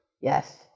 Yes